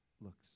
looks